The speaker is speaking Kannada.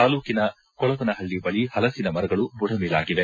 ತಾಲೂಕಿನ ಕೊಳವನಹಳ್ಳಿ ಬಳಿ ಪಲಸಿನ ಮರಗಳು ಬುಡಮೇಲಾಗಿವೆ